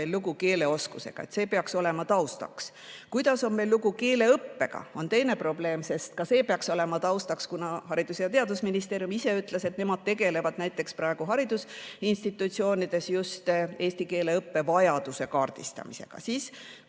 meil lugu keeleoskusega. See peaks olema taustaks. Kuidas on meil lugu keeleõppega, on teine probleem, ka see peaks olema taustaks. Haridus‑ ja Teadusministeerium ise ütles, et nemad tegelevad näiteks praegu haridusinstitutsioonides just eesti keele õppe vajaduse kaardistamisega.